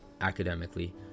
academically